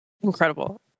Incredible